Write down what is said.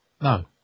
No